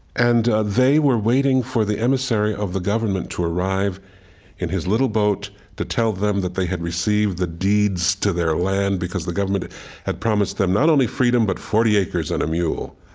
and they were waiting for the emissary of the government to arrive in his little boat to tell them that they had received the deeds to their land, because the government had promised them not only freedom, but forty acres and a mule.